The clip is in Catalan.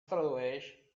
tradueix